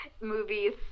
movies